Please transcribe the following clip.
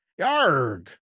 Yarg